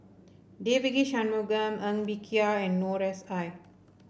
Devagi Sanmugam Ng Bee Kia and Noor S I